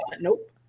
Nope